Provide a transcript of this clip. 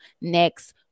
next